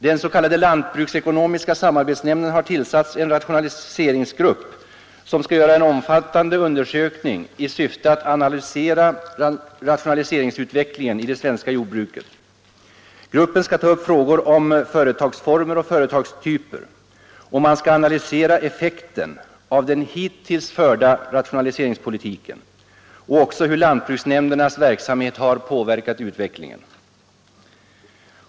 Den s.k. lantbruksekonomiska samarbetsnämnden har tillsatt en rationaliseringsgrupp, som skall göra en omfattande undersökning i syfte att analysera rationaliseringsutvecklingen i det svenska jordbruket. Gruppen skall ta upp frågor om företagsformer och företagstyper, och 101 man skall analysera effekten av den hittills förda rationaliseringspolitiken och också hur lantbruksnämndernas verksamhet påverkar utvecklingen.